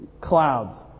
Clouds